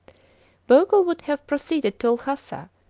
bogle would have proceeded to lhasa,